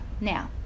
now